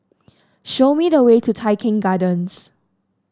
show me the way to Tai Keng Gardens